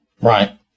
Right